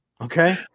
Okay